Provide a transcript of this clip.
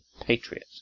patriot